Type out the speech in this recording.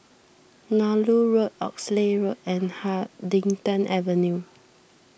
Nallur Road Oxley Road and Huddington Avenue